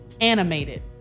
animated